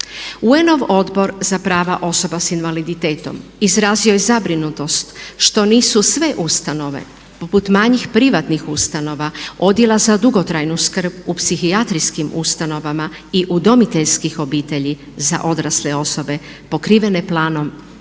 UN-ov Odbor za prava osoba s invaliditetom izrazio je zabrinutost što nisu sve ustanove poput manjih privatnih ustanova odjela za dugotrajnu skrb u psihijatrijskim ustanovama i udomiteljskih obitelji za odrasle osobe pokrivene planom